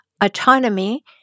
autonomy